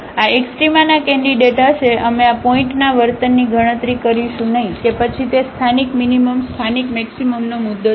આ એક્સ્ટ્રામા ના કેન્ડિડેટ હશે અમે આ પોઇન્ટના વર્તનની ગણતરી કરીશું નહીં કે પછી તે સ્થાનિક મીનીમમ સ્થાનિક મેક્સિમમનો મુદ્દો છે